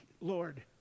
Lord